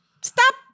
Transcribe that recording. Stop